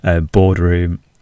boardroom